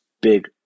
big